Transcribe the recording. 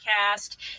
cast